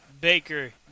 Baker